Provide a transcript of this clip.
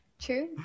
true